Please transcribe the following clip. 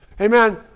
Amen